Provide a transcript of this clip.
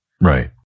Right